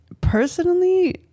Personally